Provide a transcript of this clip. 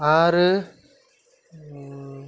आरो